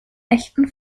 echten